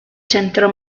centro